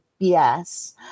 Yes